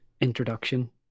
introduction